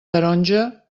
taronja